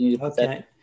Okay